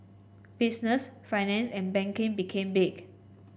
business finance and banking became big